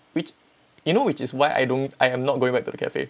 which you know which is why I don't I am not going back to the cafe